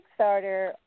Kickstarter